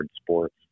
sports